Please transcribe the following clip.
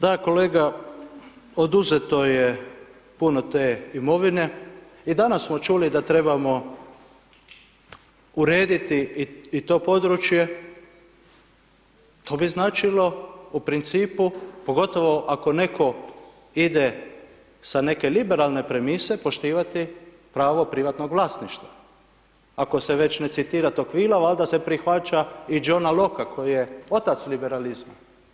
Da kolega, oduzeto je puno te imovine i danas smo čuli da trebamo urediti i to područje, to bi značilo u principu, pogotovo ako netko ide sa neke liberalne premise poštivati pravo privatnog vlasništva, ako se već ne citira … valjda se prihvaća i Johna Locka koji je otac liberalizmu.